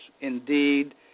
Indeed